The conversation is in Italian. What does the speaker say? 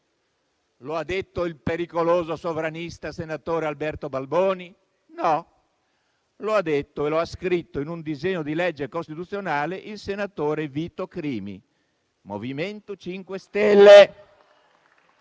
Lo ha detto il pericoloso sovranista senatore Alberto Balboni? No, lo ha detto e lo ha scritto, in un disegno di legge costituzionale, il senatore Vito Crimi, MoVimento 5 Stelle,